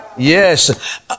Yes